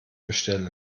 bestellen